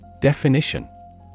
Definition